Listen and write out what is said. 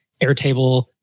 Airtable